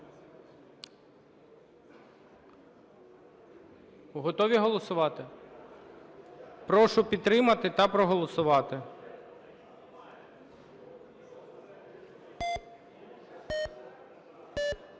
Готові голосувати? Прошу підтримати та проголосувати.